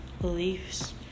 beliefs